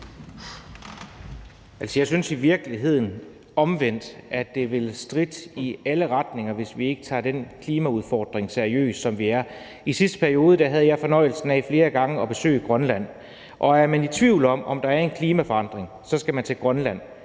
Jeg synes i virkeligheden omvendt, at det vil stritte i alle retninger, hvis vi ikke tager den klimaudfordring, som der er, seriøst. I sidste periode havde jeg flere gange fornøjelsen af at besøge Grønland, og er man i tvivl om, om der er en klimaforandring, så skal man tage til Grønland.